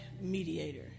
mediator